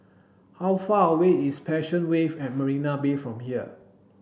how far away is Passion Wave at Marina Bay from here